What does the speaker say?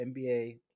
NBA